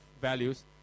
values